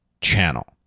channel